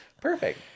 perfect